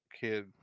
Kid